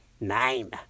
Nine